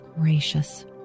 gracious